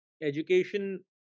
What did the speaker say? education